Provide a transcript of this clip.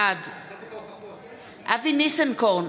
בעד אבי ניסנקורן,